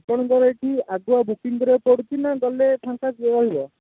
ଆପଣଙ୍କର ଏଠି ଆଗୁଆ ବୁକିଂ କରିବାକୁ ପଡ଼ୁଛି ନା ଗଲେ ଫାଙ୍କା ରହିବ